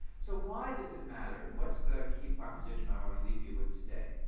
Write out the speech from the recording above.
so why does it matter and what's the key proposition i wanna leave you with today?